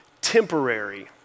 temporary